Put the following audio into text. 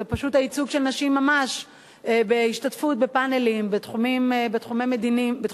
זה פשוט הייצוג של נשים ממש בהשתתפות בפאנלים בתחומים מדיניים,